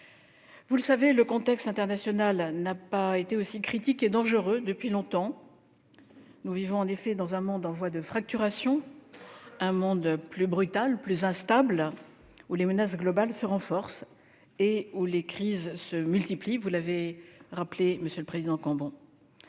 Vous le savez, le contexte international n'a pas été aussi critique et dangereux depuis longtemps. Nous vivons en effet dans un monde en voie de fracturation, un monde plus brutal, plus instable, où les menaces globales se renforcent et où les crises se multiplient, comme vous l'avez rappelé, monsieur le président Cambon.